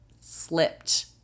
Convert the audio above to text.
slipped